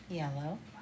yellow